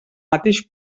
mateix